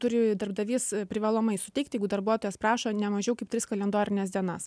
turi darbdavys privalomai suteikti jeigu darbuotojas prašo ne mažiau kaip tris kalendorines dienas